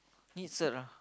need cert ah